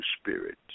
Spirit